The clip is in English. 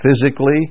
physically